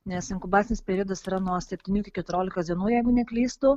nes inkubacinis periodas yra nuo septynių iki keturiolikos dienų jeigu neklystu